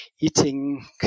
eating